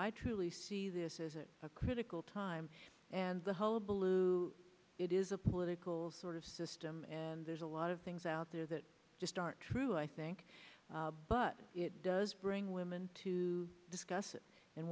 i truly see this is a critical time and the whole blue it is a political sort of system and there's a lot of things out there that just aren't true i think but it does bring women to discuss it and